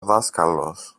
δάσκαλος